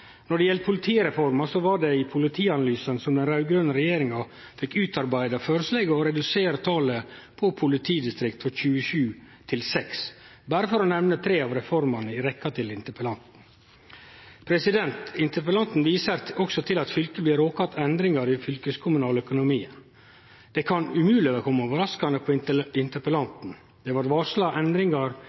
når det gjeld politireforma, blei det i Politianalysen som den raud-grøne regjeringa fekk utarbeidd, føreslege å redusere talet på politidistrikt frå 27 til 6 – berre for å nemne tre av reformene i rekkja til interpellanten. Interpellanten viser også til at fylket blir råka av endringar i den fylkeskommunale økonomien. Dette kan umogleg kome overraskande på interpellanten. Det var varsla endringar